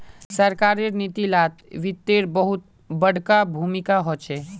सरकारेर नीती लात वित्तेर बहुत बडका भूमीका होचे